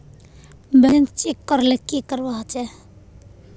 Balance check करले की करवा होचे?